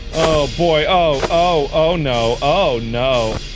boy. oh, oh. oh, no. oh, no.